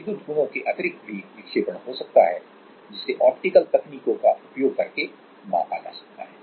विद्युत गुणों के अतिरिक्त भी विक्षेपण हो सकता है जिसे ऑप्टिकल तकनीकों का उपयोग करके मापा जा सकता है